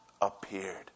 appeared